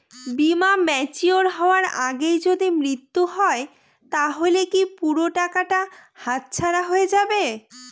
বীমা ম্যাচিওর হয়ার আগেই যদি মৃত্যু হয় তাহলে কি পুরো টাকাটা হাতছাড়া হয়ে যাবে?